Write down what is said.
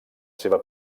seva